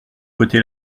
côté